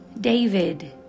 David